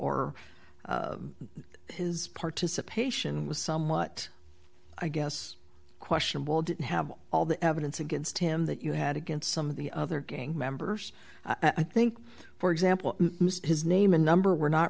or his participation was somewhat i guess questionable didn't have all the evidence against him that you had against some of the other gang members i think for example his name and number were not